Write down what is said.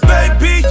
Baby